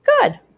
Good